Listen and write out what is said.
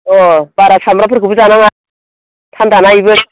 अ बारा सामब्रामफोरखौबो जानाङा थान्दाना इबो